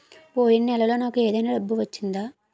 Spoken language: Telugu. పోయిన నెలలో నాకు ఏదైనా డబ్బు వచ్చిందా?